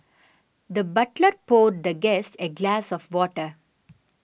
the butler poured the guest a glass of water